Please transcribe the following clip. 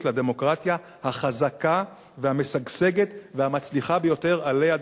לדמוקרטיה החזקה והמשגשגת והמצליחה ביותר עלי אדמות,